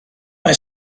mae